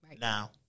Now